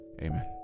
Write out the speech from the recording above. Amen